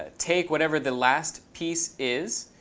ah take whatever the last piece is,